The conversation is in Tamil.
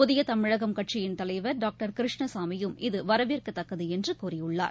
புதிய தமிழகம் கட்சியின் தலைவர் டாக்டர் கிருஷ்ணசாமியும் இது வரவேற்கத்தக்கது என்று கூறியுள்ளார்